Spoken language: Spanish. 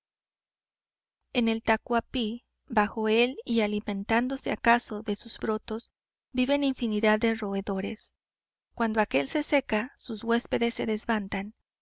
en el tacuapí bajo él y alimentándose acaso de sus brotos viven infinidad de roedores cuando aquél se seca sus huéspedes se desbandan